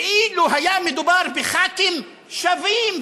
כאילו היה מדובר בחברי כנסת שווים,